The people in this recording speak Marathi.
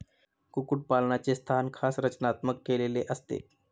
कुक्कुटपालनाचे स्थान खास रचनात्मक केलेले असते